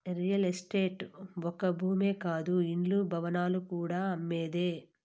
real estate ఒక్క భూమే కాదు ఇండ్లు, భవనాలు కూడా అమ్మేదే